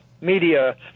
media